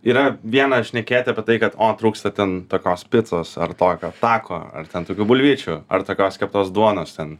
yra viena šnekėti apie tai kad o trūksta ten tokios picos ar tokio tako ar ten tokių bulvyčių ar tokios keptos duonos ten